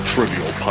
Trivial